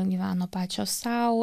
gyveno pačios sau